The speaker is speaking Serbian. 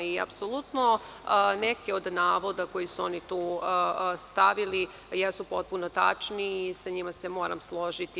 Apsolutno neke od navoda koje su stavili tu su potpuno tačni i sa njima se moram složiti.